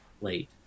late